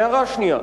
הערה שנייה,